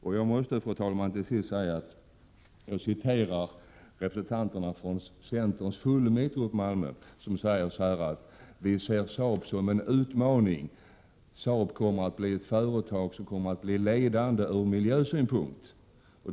Till sist, fru talman, måste jag återge vad centerns fullmäktigegrupp i Malmö har sagt, nämligen att man ser Saab som en utmaning och att Saab är ett företag som kommer att bli ledande ur miljösynpunkt.